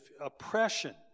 oppression